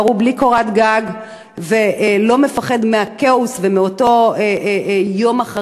קורת גג ולא מפחד מהכאוס ומאותו יום שאחרי,